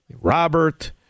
Robert